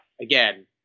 again